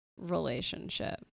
relationship